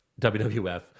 WWF